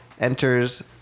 enters